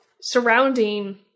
surrounding